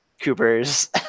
Cooper's